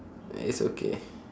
it's okay